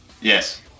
Yes